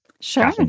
sure